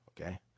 Okay